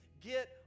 Get